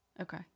Okay